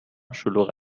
شلوغ